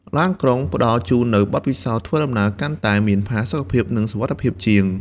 ឡានក្រុងផ្តល់ជូននូវបទពិសោធន៍ធ្វើដំណើរកាន់តែមានផាសុកភាពនិងសុវត្ថិភាពជាង។